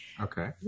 Okay